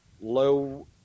low